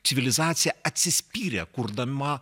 civilizacija atsispyrė kurdama